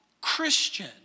Christian